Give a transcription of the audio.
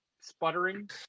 sputtering